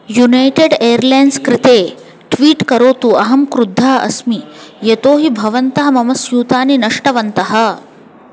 United Airlines कृते tweet करोतु अहं क्रुद्धा अस्मि यतो हि भवन्तः मम स्यूतानि नष्टवन्तः